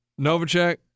Novacek